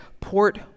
port